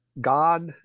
God